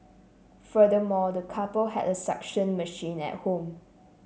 furthermore the couple had a suction machine at home